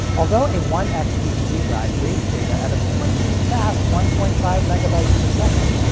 although a one x dvd drive reads data at a blazing fast one point five megabytes per second,